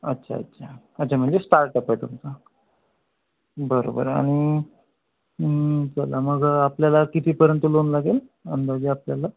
अच्छा अच्छा अच्छा म्हणजे स्टार्टअप आहे तुमचा बरं बरं आणि चला मग आपल्याला कितीपर्यंत लोन लागेल अंदाजे आपल्याला